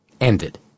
ended